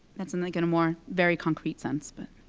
that's in like in a more, very concrete sense, but.